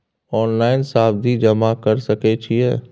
Online सावधि जमा कर सके छिये?